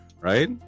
Right